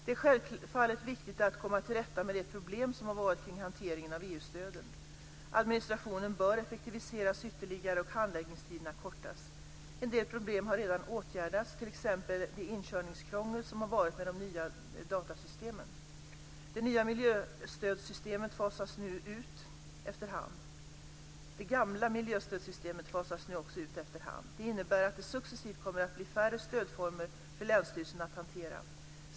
Det är självfallet viktigt att komma till rätta med de problem som har varit kring hanteringen av EU stöden. Administrationen bör effektiviseras ytterligare och handläggningstiderna kortas. En del problem har redan åtgärdats, t.ex. det inkörningskrångel som har varit med det nya datasystemet. Det gamla miljöstödssystemet fasas nu också ut efter hand. Detta innebär att det successivt kommer att bli färre stödformer för länsstyrelsen att hantera.